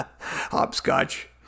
Hopscotch